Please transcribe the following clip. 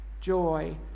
joy